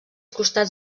costats